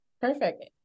Perfect